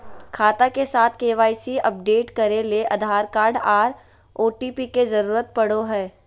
खाता के साथ के.वाई.सी अपडेट करे ले आधार कार्ड आर ओ.टी.पी के जरूरत पड़ो हय